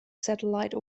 satellite